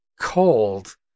cold